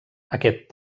aquest